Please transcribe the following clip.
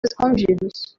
escondidos